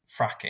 fracking